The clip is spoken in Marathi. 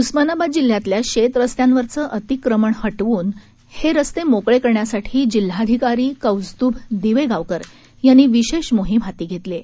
उस्मानाबाद जिल्ह्यातल्या शेत रस्त्यांवरचं अतिक्रमण हटवून हे रस्त मोकळे करण्यासठी जिल्हाधिकारी कोस्तूभ दिवेगावकर यांनी विशेष मोहीत हाती घेतली आहे